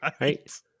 Right